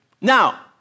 Now